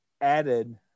added